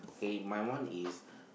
okay my one is